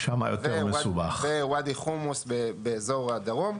וואדי חומוס באזור הדרום,